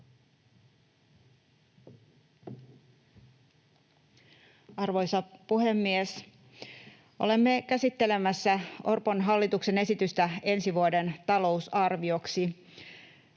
Arvoisa puhemies! Olemme käsittelemässä Orpon hallituksen esitystä ensi vuoden talousarvioksi.